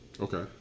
Okay